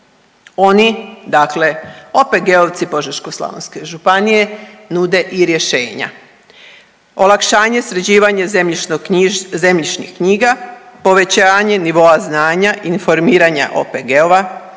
Oni dakle OPG-ovci Požeško-slavonske županije nude i rješenja – olakšanje, sređivanje zemljišnih knjiga, povećanje nivoa znanja, informiranja OPG-ova,